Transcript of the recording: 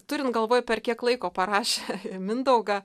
turint galvoj per kiek laiko parašė mindaugą